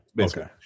okay